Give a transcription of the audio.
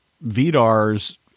Vidar's